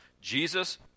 Jesus